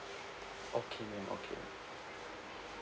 okay ma'am okay